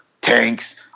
tanks